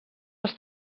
els